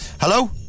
Hello